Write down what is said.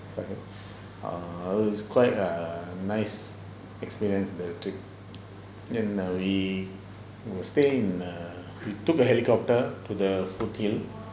err it was quite a nice experience the trip then we we stay in err we took a helicopter to the foothill